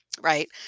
right